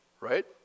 Right